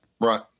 right